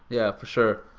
yeah, for sure.